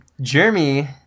Jeremy